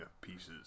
pieces